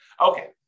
Okay